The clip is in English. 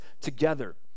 together